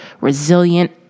resilient